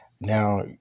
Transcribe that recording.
Now